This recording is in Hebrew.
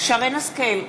שרן השכל,